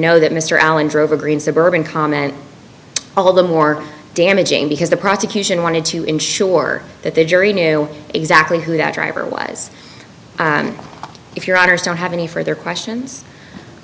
know that mr allen drove a green suburban comment all the more damaging because the prosecution wanted to ensure that the jury knew exactly who that driver was and if your honour's don't have any further questions